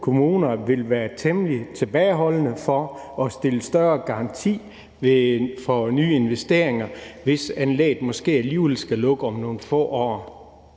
kommuner vil være temmelig tilbageholdende med at stille større garanti for nye investeringer, hvis anlægget måske alligevel skal lukke om nogle få år.